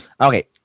Okay